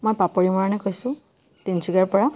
মই পাপৰি মৰাণে কৈছোঁ তিনচুকীয়াৰ পৰা